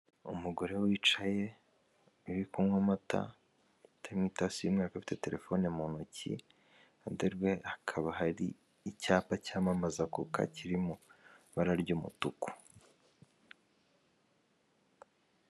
Umugore wicaye uri kunywa amata mu itasi y'umweru, akaba afite telefone mu ntoki, iruhande rwe hakaba hari icyapa cyamamaza coka kiri mu ibara ry'umutuku.